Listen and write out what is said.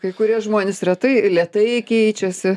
kai kurie žmonės retai lėtai keičiasi